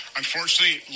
unfortunately